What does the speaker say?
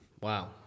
Wow